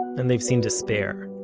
and they've seen despair.